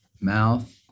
mouth